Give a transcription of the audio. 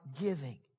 giving